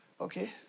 okay